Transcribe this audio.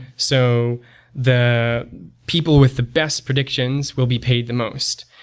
so the people with the best predictions will be paid the most.